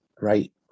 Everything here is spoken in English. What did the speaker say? right